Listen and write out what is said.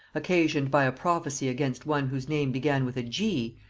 occasioned by a prophecy against one whose name began with a g,